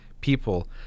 people